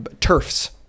turfs